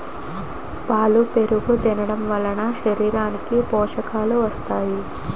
పాలు పెరుగు తినడంవలన శరీరానికి పోషకాలు వస్తాయి